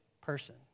person